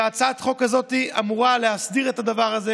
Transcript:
הצעת החוק הזאת אמורה להסדיר את הדבר הזה,